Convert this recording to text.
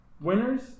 winners